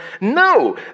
No